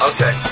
Okay